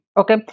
okay